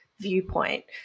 Viewpoint